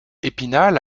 épinal